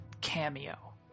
cameo